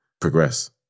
progress